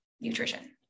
nutrition